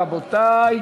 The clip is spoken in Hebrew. רבותי,